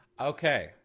Okay